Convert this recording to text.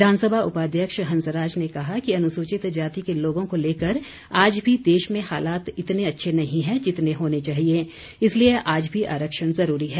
विधानसभा उपाध्यक्ष हंसराज ने कहा कि अनुसूचित जाति के लोगों को लेकर आज भी देश में हालात इतने अच्छे नहीं है जितने होने चाहिए इसलिए आज भी आरक्षण जरूरी है